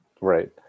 Right